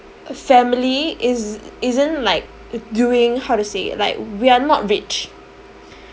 family is isn't like doing how to say like we're not rich